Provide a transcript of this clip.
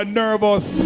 nervous